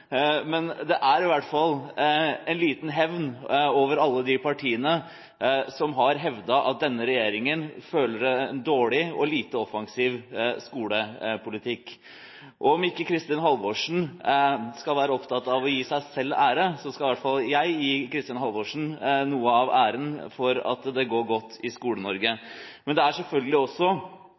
men det er i hvert fall en liten hevn over alle de partiene som har hevdet at denne regjeringen fører en dårlig og lite offensiv skolepolitikk. Og om ikke Kristin Halvorsen er opptatt av å gi seg selv ære, skal i hvert fall jeg gi Kristin Halvorsen noe av æren for at det går godt i Skole-Norge. Men det er selvfølgelig